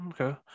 Okay